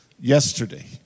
yesterday